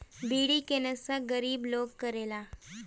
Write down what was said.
बीड़ी के नशा गरीब लोग करेला